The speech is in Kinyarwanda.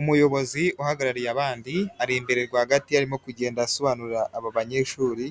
Umuyobozi uhagarariye abandi ari imbere rwagati arimo kugenda asobanurira aba banyeshuri